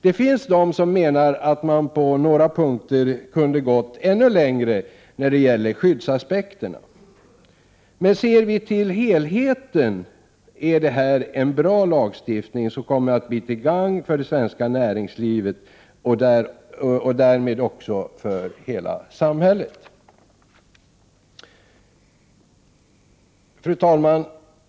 Det finns de som menar att man på några punkter kunde ha gått ännu längre när det gäller skyddsaspekterna, men ser vi till helheten är det här en bra lagstiftning, som kommer att bli till gagn för det svenska näringslivet och därmed också för hela samhället. Fru talman!